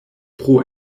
pro